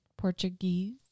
Portuguese